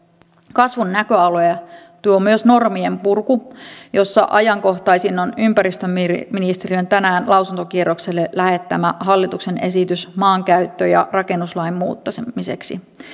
kasvun näköaloja tuo myös normien purku jossa ajankohtaisin on ympäristöministeriön tänään lausuntokierrokselle lähettämä hallituksen esitys maankäyttö ja rakennuslain muuttamiseksi